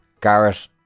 Garrett